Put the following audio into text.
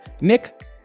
Nick